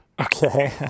Okay